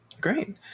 Great